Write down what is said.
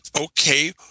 okay